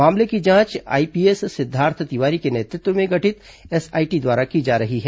मामले की जांच आईपीएस सिद्धार्थ तिवारी के नेतृत्व में गठित एसआईटी द्वारा की जा रही है